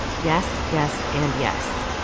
yes, yes and yes.